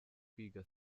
kwiga